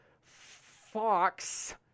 Fox